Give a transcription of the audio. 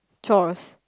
chores